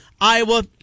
Iowa